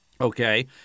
okay